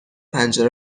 پنجره